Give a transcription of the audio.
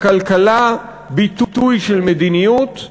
הכלכלה היא ביטוי של מדיניות.